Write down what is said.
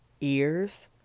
ears